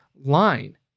line